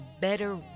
better